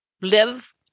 live